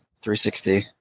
360